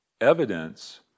evidence